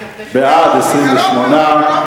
בעד, 28,